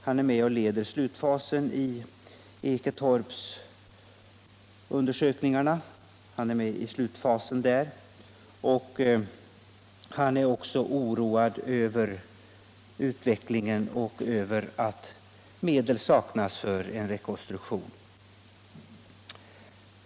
Han är med och Jeder slutfasen i Eketorpsundersökningarna, och han Kulturpolitiken Kulturpolitiken 100 är mycket oroad för utvecklingen och över att medel saknas och de konsekvenser detta får.